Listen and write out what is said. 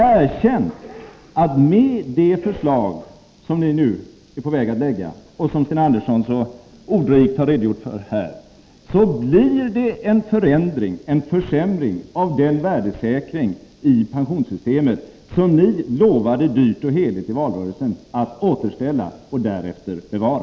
Erkänn att med det förslag som ni nu är på väg att lägga fram och som Sten Andersson så ordrikt har redogjort för blir det en försämring av den värdesäkring i pensionssystemet som ni i valrörelsen lovade dyrt och heligt att återställa och därefter bevara.